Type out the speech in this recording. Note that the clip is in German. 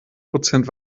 prozent